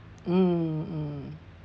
mm mm